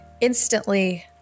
instantly